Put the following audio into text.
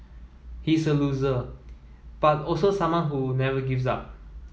he's a loser but also someone who never gives up